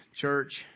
church